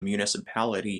municipality